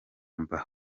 mba